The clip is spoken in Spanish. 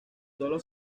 sólo